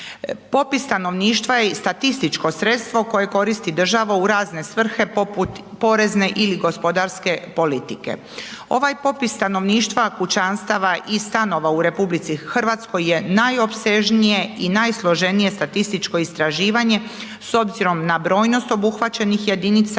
Popis stanovništva je statističko sredstvo koje koristi država u razne svrhe poput porezne ili gospodarske politike. Ovaj popis stanovništva kućanstava i stanova u RH je najopsežnije i najsloženije statističko istraživanje s obzirom na brojnost obuhvaćenih jedinica